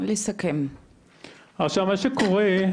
עכשיו מה שקורה,